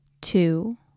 two